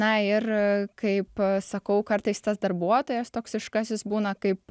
na ir kaip sakau kartais tas darbuotojas toksiškasis būna kaip